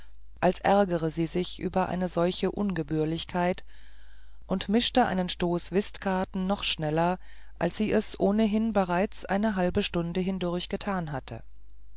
als ärgere sie sich über eine solche ungebührlichkeit und mischte einen stoß whistkarten noch schneller als sie es ohnehin bereits eine halbe stunde hindurch getan hatte